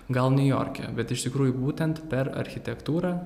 gal niujorke bet iš tikrųjų būtent per architektūrą